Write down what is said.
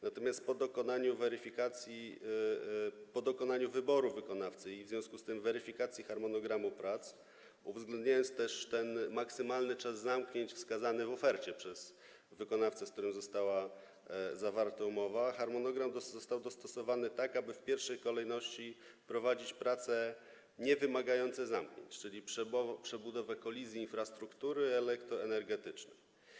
Natomiast po dokonaniu weryfikacji, po dokonaniu wyboru wykonawcy i w związku z tym weryfikacji harmonogramu prac, po uwzględnieniu maksymalnego czasu zamknięć wskazanego w ofercie przez wykonawcę, z którym została zawarta umowa, harmonogram został dostosowany tak, aby w pierwszej kolejności prowadzić prace niewymagające zamknięć, czyli przebudowę kolizji infrastruktury elektroenergetycznej.